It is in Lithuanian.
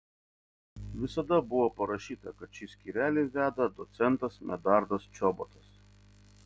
visada buvo parašyta kad šį skyrelį veda docentas medardas čobotas